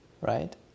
Right